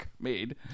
made